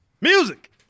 music